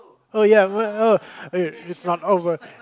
oh ya oh wait it's not over